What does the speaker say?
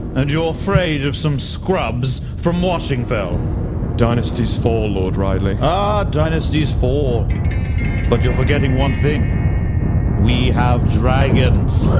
and you're afraid of some scrubs from washing fell dynasties for lord riley ah dynasties for but you're forgetting one thing we have dragons